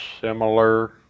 similar